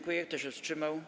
Kto się wstrzymał?